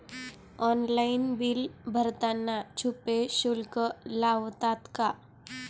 Online bill भरताना छुपे शुल्क लागतात का?